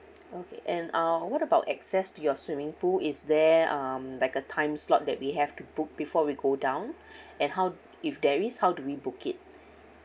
okay and uh what about access to your swimming pool is there um like a time slot that we have to book before we go down and how if there is how do we book it